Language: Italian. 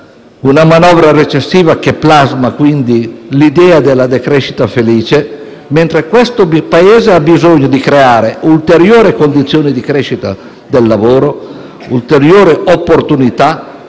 una manovra recessiva che plasma l'idea della decrescita felice, mentre questo Paese ha bisogno di creare ulteriori condizioni di crescita del lavoro e ulteriori opportunità